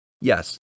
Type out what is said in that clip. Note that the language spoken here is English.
Yes